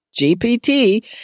GPT